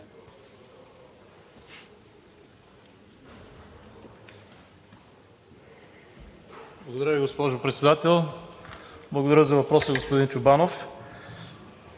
Благодаря Ви, госпожо Председател. Благодаря за въпроса, господин Чобанов.